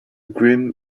grimm